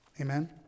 Amen